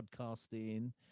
podcasting